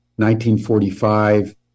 1945